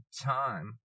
time